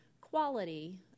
quality